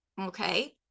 Okay